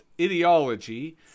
ideology